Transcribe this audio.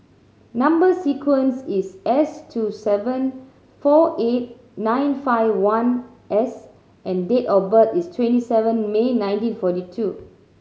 number sequence is S two seven four eight nine five one S and date of birth is twenty seven May nineteen forty two